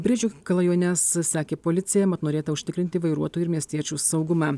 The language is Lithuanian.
briedžio klajones sekė policija mat norėta užtikrinti vairuotojų ir miestiečių saugumą